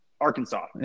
Arkansas